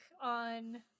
on